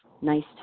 nice